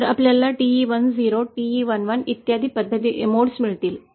तर आपल्याला TE 10 TE 11 इत्यादी पद्धती मिळतील